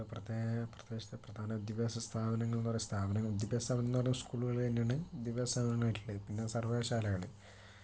ഇവിടുത്തെ പ്രത്യേക പ്രദേശത്തെ പ്രധാന വിദ്യാഭ്യാസ സ്ഥാപനങ്ങൾ എന്നു പറയുന്ന സ്ഥാപനങ്ങൾ വിദ്യാഭ്യാസ സ്ഥാപനങ്ങൾ എന്നുപറഞ്ഞാൽ സ്ക്കൂളുകൾ തന്നെയാണ് വിദ്യാഭ്യാസ സ്ഥാപനങ്ങളായിട്ടുള്ളത് പിന്നെ സർവ്വകലാശാലകൾ